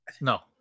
no